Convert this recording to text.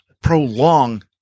prolong